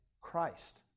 Christ